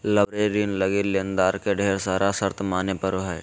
leveraged ऋण लगी लेनदार के ढेर सारा शर्त माने पड़ो हय